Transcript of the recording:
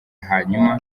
hanyuma